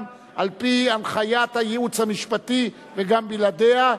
גם על-פי הנחיית הייעוץ המשפטי וגם בלעדיה,